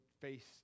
face